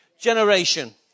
generation